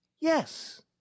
yes